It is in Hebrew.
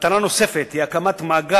מטרה נוספת היא הקמת המאגר